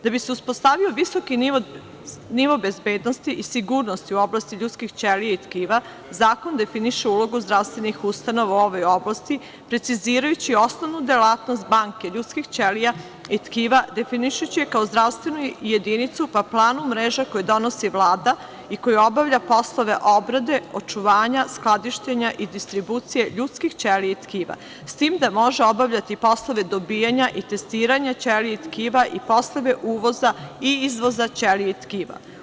Da bi se uspostavio visoko nivo bezbednosti i sigurnosti u oblasti ljudskih ćelija i tkiva zakon definiše ulogu zdravstvenih ustanova u ovoj oblasti precizirajući osnovnu delatnost banke ljudskih ćelija i tkiva, definišući je kao zdravstvenu jedinicu po planu mreža koje donosi Vlada i koja obavlja poslove obrade, očuvanja, skladištenja i distribucije ljudskih ćelija i tkiva, s tim da može obavljati i poslove dobijanja i testiranja ćelija i tkiva i poslove uvoza i izvoza ćelija i tkiva.